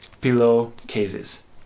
pillowcases